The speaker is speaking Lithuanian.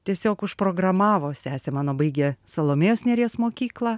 tiesiog užprogramavo sesė mano baigė salomėjos nėries mokyklą